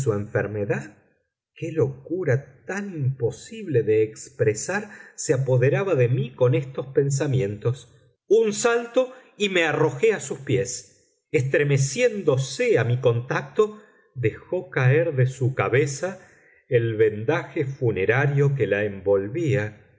enfermedad qué locura tan imposible de expresar se apoderaba de mí con estos pensamientos un salto y me arrojé a sus pies estremeciéndose a mi contacto dejó caer de su cabeza el vendaje funerario que la envolvía y